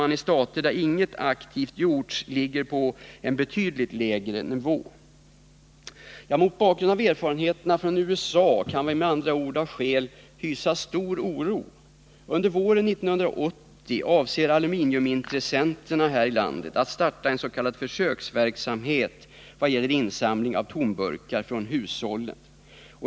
I stater där inga aktiva insatser gjorts är retursiffran betydligt lägre. Mot bakgrund av de erfarenheter som gjorts i USA kan det med andra ord finnas skäl för oss att hysa stor oro. Under våren 1980 avser aluminiumintressenterna här i landet att starta en s.k. försöksverksamhet vad gäller insamling av tomburkar från hushållen.